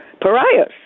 pariahs